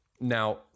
Now